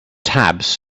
tabs